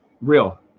real